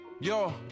Yo